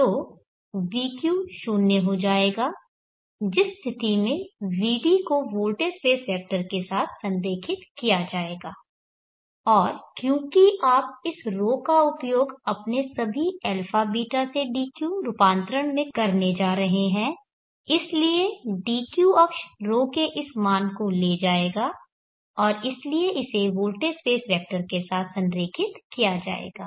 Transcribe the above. तो vq 0 हो जाएगा जिस स्थिति में vd को वोल्टेज स्पेस वेक्टर के साथ संरेखित किया जाएगा और क्योंकि आप इस ρ का उपयोग अपने सभी αβ से dq रूपांतरण में करने जा रहे हैं इसलिए dq अक्ष ρ के इस मान को ले जाएगा और इसलिए इसे वोल्टेज स्पेस वेक्टर के साथ संरेखित किया जाएगा